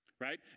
right